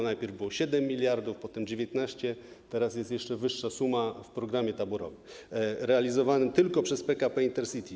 Najpierw było 7 mld, potem 19 mld, teraz jest jeszcze wyższa suma w programie taborowym realizowanym tylko przez PKP Intercity.